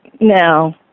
No